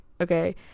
okay